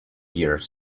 here